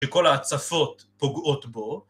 שכל ההצפות פוגעות בו